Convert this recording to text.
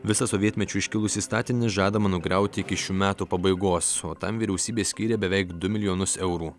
visą sovietmečiu iškilusį statinį žadama nugriauti iki šių metų pabaigos o tam vyriausybė skyrė beveik du milijonus eurų